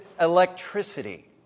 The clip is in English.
electricity